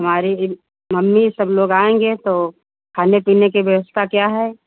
हमारी जी मम्मी सब लोग आएंगे तो खाने पीने की व्यवस्था क्या है